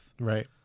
Right